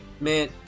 Man